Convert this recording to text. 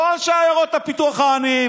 לא אנשי עיירות הפיתוח העניים.